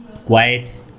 quiet